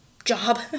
Job